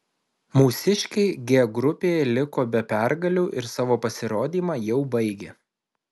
mūsiškiai g grupėje liko be pergalių ir savo pasirodymą jau baigė